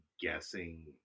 guessing